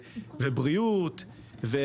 בריאות,